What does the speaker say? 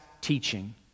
teaching